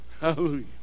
hallelujah